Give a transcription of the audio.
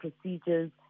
procedures